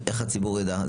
זו דעתי.